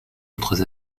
autres